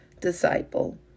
disciple